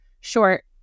short